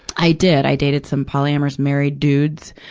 i did. i dated some polyamorous married dudes.